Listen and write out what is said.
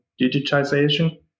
digitization